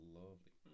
lovely